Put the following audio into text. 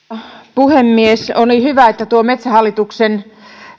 puhemies oli hyvä että tuo metsähallituksen